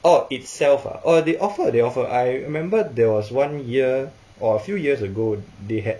oh itself ah orh they offered they offered I remember there was one year or a few years ago they had